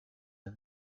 nel